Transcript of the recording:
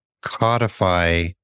codify